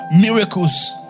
miracles